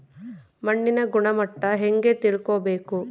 ಮಣ್ಣಿನ ಗುಣಮಟ್ಟ ಹೆಂಗೆ ತಿಳ್ಕೊಬೇಕು?